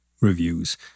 reviews